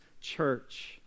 church